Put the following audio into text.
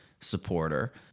supporter